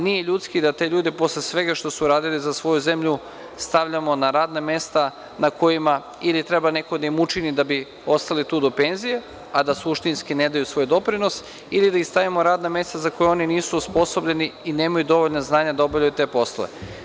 Nije ljudski da te ljude, posle svega što su uradili za svoju zemlju, stavljamo na radna mesta na kojima ili treba neko da im učini da bi ostali tu do penzije a da suštinski ne daju svoj doprinos, ili da ih stavimo na radna mesta za koja oni nisu osposobljeni i nemaju dovoljno znanja da obavljaju te poslove.